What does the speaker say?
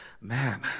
man